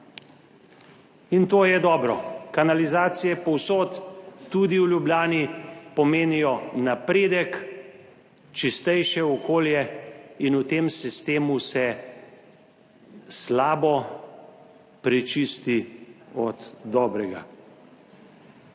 In to je dobro. Kanalizacije povsod, tudi v Ljubljani, pomenijo napredek, čistejše okolje in v tem sistemu se slabo prečisti od dobrega.